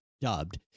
dubbed